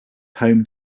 home